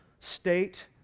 state